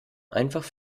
einfach